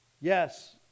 Yes